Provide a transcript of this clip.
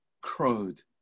crowed